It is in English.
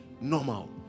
normal